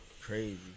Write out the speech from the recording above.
Crazy